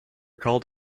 called